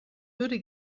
würde